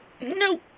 No